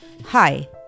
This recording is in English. Hi